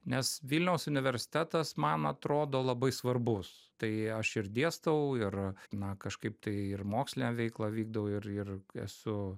nes vilniaus universitetas man atrodo labai svarbus tai aš ir dėstau ir na kažkaip tai ir mokslinę veiklą vykdau ir ir esu